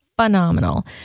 phenomenal